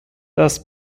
das